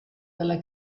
dalla